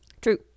True